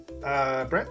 Brent